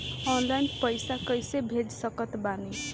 Online पैसा कैसे भेज सकत बानी?